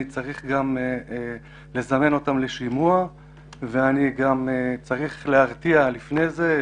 אני צריך לזמן אותם לשימוע וגם להתריע לפני זה.